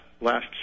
last